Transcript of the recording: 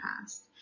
past